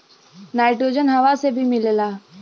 nitrogen हवा से भी मिलेला